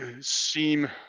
seem